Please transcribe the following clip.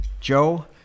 joe